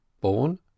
born